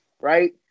right